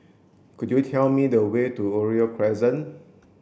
could you tell me the way to Oriole Crescent